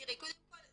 תראה קודם כל,